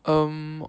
um